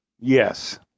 Yes